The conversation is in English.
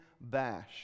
bash